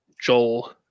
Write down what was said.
Joel